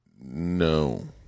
No